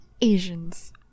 Asians